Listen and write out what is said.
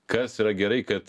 kas yra gerai kad